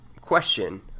question